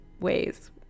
ways